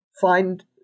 find